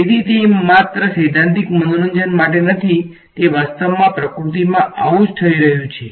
તેથી તે માત્ર સૈદ્ધાંતિક મનોરંજન માટે નથી તે વાસ્તવમાં પ્રકૃતિમાં આવુ થઈ રહ્યું છે